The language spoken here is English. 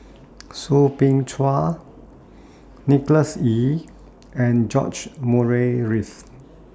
Soo Bin Chua Nicholas Ee and George Murray Reith